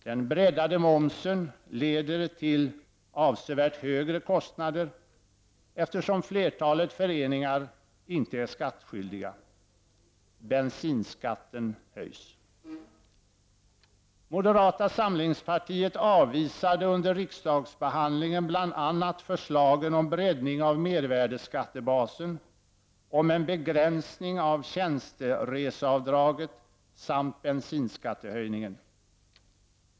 Den breddade momsen leder till avsevärt högre kostnader, detta eftersom flertalet föreningar inte är skattskyldiga. Bensinskatten höjs. slagen om breddning av mervärdeskattebasen, en begränsning av tjänstereseavdraget samt bensinskattehöjningen.